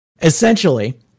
essentially